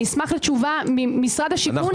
אני אשמח לתשובה ממשרד השיכון למה זה כך.